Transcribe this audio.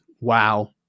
wow